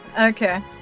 Okay